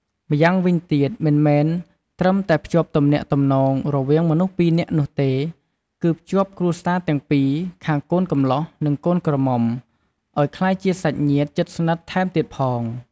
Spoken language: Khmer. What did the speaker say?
ម្យ៉ាងវិញទៀត មិនមែនត្រឹមតែភ្ជាប់ទំនាក់ទំនាងរវាងមនុស្សពីរនាក់នោះទេ គឺភ្ជាប់គ្រួសារទាំងពីរ ខាងកូនកំលោះ និងកូនក្រមុំ ឲ្យក្លាយជាសាច់ញាតិជិតស្និទ្ធថែមទៀតផង។